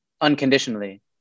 unconditionally